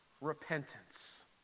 repentance